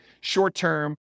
short-term